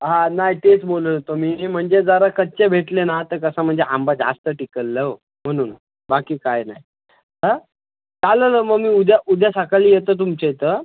हां नाही तेच बोलत होतो मी म्हणजे जरा कच्चे भेटले ना तर कसं म्हणजे आंबा जास्त टिकेल ना हो म्हणून बाकी काही नाही हां चालेल ना मग मी उद्या उद्या सकाळी येतो तुमच्या इथं